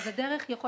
או הטיפול,